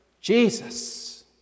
Jesus